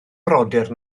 brodyr